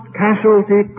casualty